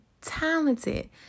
talented